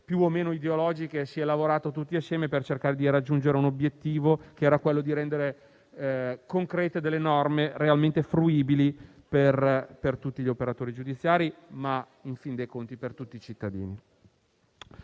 più o meno ideologiche, abbiamo lavorato tutti insieme per cercare di raggiungere l'obiettivo di rendere concrete delle norme realmente fruibili, per tutti gli operatori giudiziari ma, in fin dei conti, per tutti i cittadini.